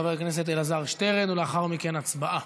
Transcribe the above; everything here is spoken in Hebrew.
חבר הכנסת אלעזר שטרן, ולאחר מכן, הצבעה.